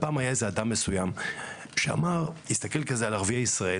אדם מסוים שהסתכל על ערביי ישראל